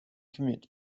commute